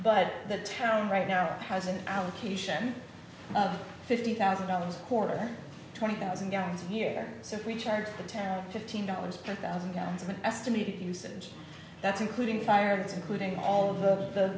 but that town right now has an allocation of fifty thousand dollars a quarter twenty thousand gallons here so if we charge the town fifteen dollars per thousand gallons an estimated usage that's including fire that's including all of the